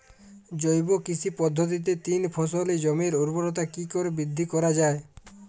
জৈব কৃষি পদ্ধতিতে তিন ফসলী জমির ঊর্বরতা কি করে বৃদ্ধি করা য়ায়?